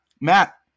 Matt